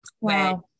Wow